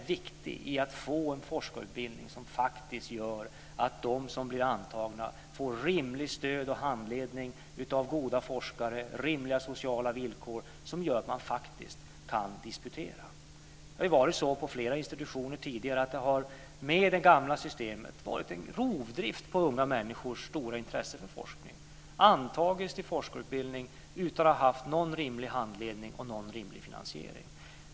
Den är viktig för att få en forskarutbildning som faktiskt gör att de som blir antagna får ett rimligt stöd och en rimlig handledning av goda forskare och att de får rimliga sociala villkor som gör att de faktiskt kan disputera. På flera institutioner har det ju tidigare med det gamla systemet varit en rovdrift på unga människors stora intresse för forskning. De har antagits till forskarutbildning utan att de har haft någon rimlig handledning eller någon rimlig finansiering.